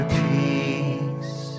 peace